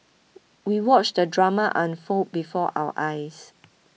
we watched the drama unfold before our eyes